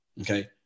okay